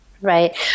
Right